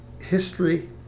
history